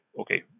okay